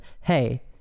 Hey